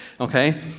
Okay